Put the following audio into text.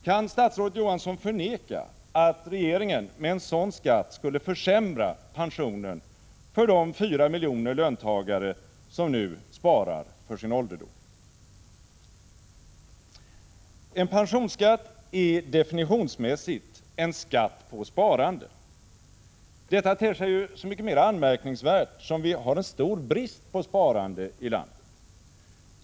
Kan statsrådet Johansson förneka att regeringen med en sådan skatt skulle försämra pensionen för de 4 miljoner löntagare som nu sparar för sin ålderdom? En pensionsskatt är definitionsmässigt en skatt på sparande. En sådan skatt ter sig så mycket mera anmärkningsvärd som vi har en stor brist på sparande i landet.